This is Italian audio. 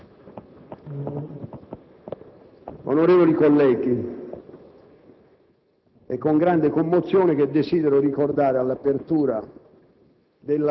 Onorevoli colleghi, è con grande commozione che desidero ricordare, ad apertura